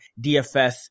DFS